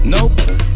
Nope